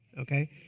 Okay